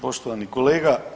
Poštovani kolega.